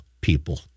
people